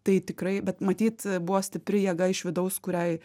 tai tikrai bet matyt buvo stipri jėga iš vidaus kuriai